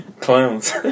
Clowns